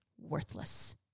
worthless